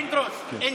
פינדרוס, אני